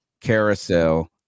carousel